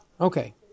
Okay